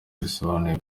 bisobanuye